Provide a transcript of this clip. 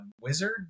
wizard